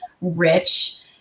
rich